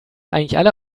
eigentlich